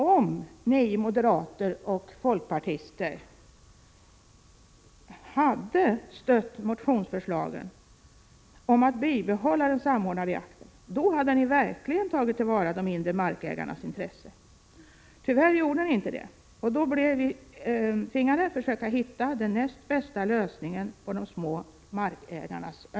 Om ni moderater och folkpartister hade stött motionsförslagen om ett bibehållande av den samordnade jakten, hade ni verkligen tagit till vara de mindre markägarnas intressen. Tyvärr gjorde ni inte så. Då tvingades vi försöka hitta den näst bästa lösningen för de små markägarna.